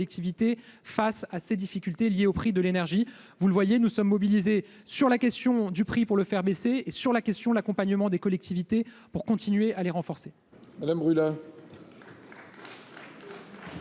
face à ces difficultés liées au prix de l'énergie, vous le voyez, nous sommes mobilisés sur la question du prix pour le faire baisser et sur la question, l'accompagnement des collectivités pour continuer à les renforcer